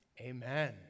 Amen